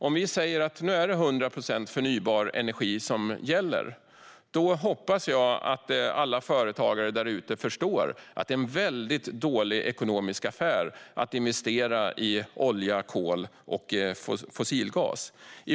Om vi säger att det nu är 100 procent förnybar energi som gäller hoppas jag att alla företagare förstår att det är en väldigt dålig ekonomisk affär att investera i olja, kol och fossilgas.